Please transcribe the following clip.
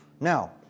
Now